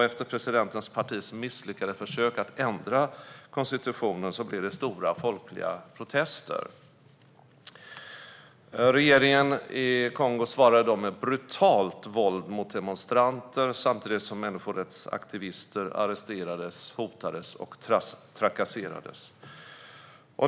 Efter presidentens partis misslyckade försök att ändra konstitutionen blev det stora folkliga protester. Regeringen i Kongo svarade då med brutalt våld mot demonstranter samtidigt som människorättsaktivister arresterades, hotades och trakasserades.